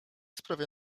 sprawia